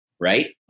right